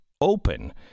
open